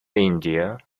indian